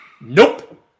Nope